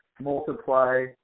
multiply